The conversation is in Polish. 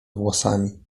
włosami